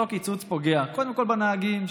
אותו קיצוץ פוגע קודם כול בנהגים,